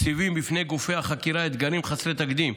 מציבות בפני גופי החקירה אתגרים חסרי תקדים.